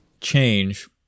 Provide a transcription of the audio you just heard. change